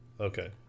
okay